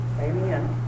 Amen